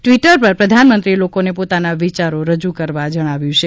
Twitter પર પ્રધાનમંત્રીએ લોકોને પોતાના વિયારો રજૂ કરવા જણાવ્યું છે